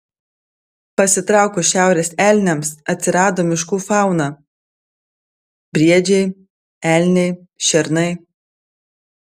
pasitraukus šiaurės elniams atsirado miškų fauna briedžiai elniai šernai